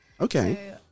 Okay